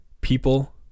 people